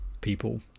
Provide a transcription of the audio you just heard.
people